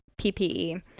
ppe